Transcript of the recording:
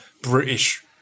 British